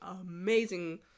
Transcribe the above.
amazing